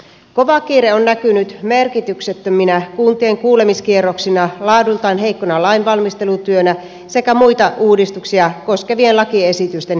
kova kiire on näkynyt merkityksettöminä kuntien kuulemiskierroksina laadultaan heikkona lainvalmistelutyönä sekä muita uudistuksia koskevien lakiesitysten viivästymisenä